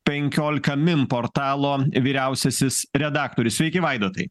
penkiolika min portalo vyriausiasis redaktorius sveiki vaidotai